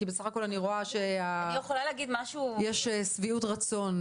כי בסך בכל אני רואה שיש שביעות רצון.